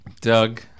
Doug